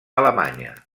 alemanya